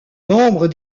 membre